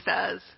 says